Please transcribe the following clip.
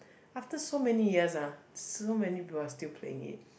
after so many years ah so many people still playing it